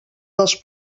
dels